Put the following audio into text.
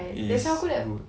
is good